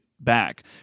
back